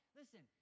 listen